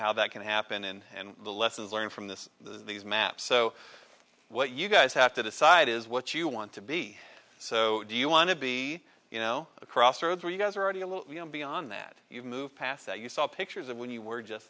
how that can happen in and the lessons learned from this these maps so what you guys have to decide is what you want to be so do you want to be you know a crossroads where you guys are already a little beyond that you've moved past that you saw pictures of when you were just